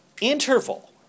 interval